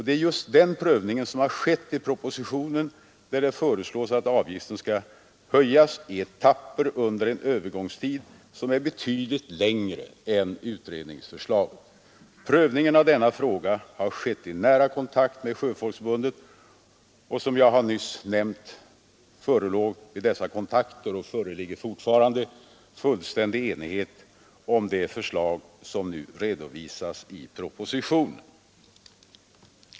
Det är just den prövningen som har skett i propositionen, där det föreslås att avgiften skall höjas i etapper under en övergångstid som är betydligt längre än enligt utredningsförslaget. Prövningen av denna fråga har skett i nära kontakt med Sjöfolksförbundet, och som jag nyss har nämnt förelåg vid dessa kontakter och föreligger fortfarande fullständig enighet om det förslag som nu redovisas i propositionen.